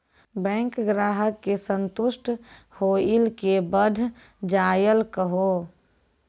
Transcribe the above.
Bank ग्राहक के संतुष्ट होयिल के बढ़ जायल कहो?